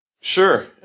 Sure